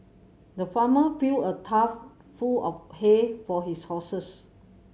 the farmer filled a trough full of hay for his horses